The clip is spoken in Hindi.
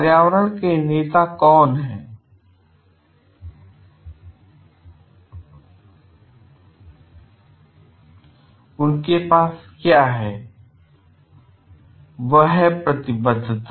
पर्यावरण के नेता कौन हैं और उनके पास क्या है वह है प्रतिबद्धता